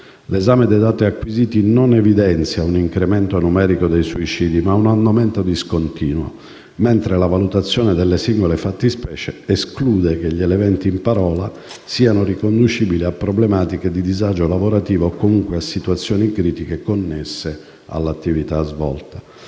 L'esame dei dati acquisiti non evidenzia un incremento numerico dei suicidi, ma un andamento discontinuo, mentre la valutazione delle singole fattispecie esclude che gli eventi in parola siano riconducibili a problematiche di disagio lavorativo o comunque a situazioni critiche connesse all'attività svolta.